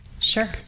Sure